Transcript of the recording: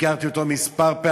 ביקרתי אותו כמה פעמים.